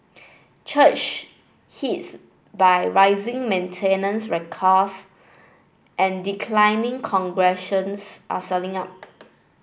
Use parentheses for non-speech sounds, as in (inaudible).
church hits by rising maintenance (unintelligible) cost and declining congregations are selling up